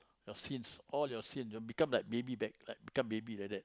your sins all your sins your become like baby become baby like that